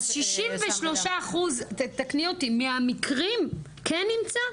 אז 23 אחוז, תתקני אותי, מהמקרים, כן נמצא?